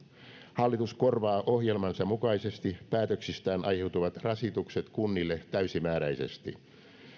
hallitus korvaa ohjelmansa mukaisesti päätöksistään aiheutuvat rasitukset kunnille täysimääräisesti